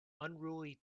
unruly